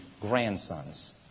grandsons